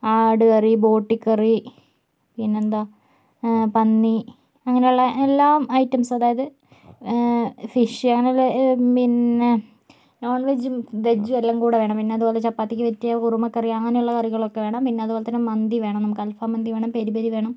ആട് കറി ബോട്ടി കറി പിന്നെന്താ പന്നി അങ്ങനെ ഉള്ള എല്ലാ ഐറ്റംസും അതായത് ഫിഷ് അങ്ങനെ ഉള്ള പിന്നെ നോൺ വെജും വെജും എല്ലാം കൂടെ വേണം പിന്നെ അതുപോലെ ചപ്പാത്തിക്ക് പറ്റിയ കുറുമ കറി അങ്ങനുള്ള കറികളൊക്കെ വേണം പിന്നെ അതുപോലെ തന്നെ മന്തി വേണം നമുക്ക് അൽഫാം മന്തി വേണം പെരി പെരി വേണം